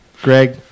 Greg